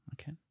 Okay